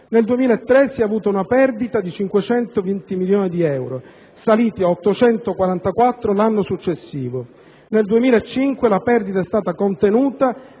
nel 2003 si è avuta una perdita di 520 milioni di euro, saliti a 844 l'anno successivo; nel 2005 la perdita è stata contenuta